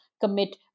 commit